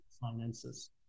finances